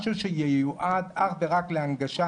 משהו שייועד אך ורק להנגשה.